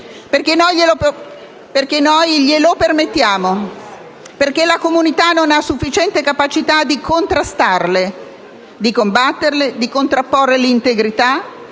perché noi glielo permettiamo, perché la comunità non ha sufficiente capacità di contrastarle, di combatterle e di contrapporre l'integrità,